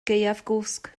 gaeafgwsg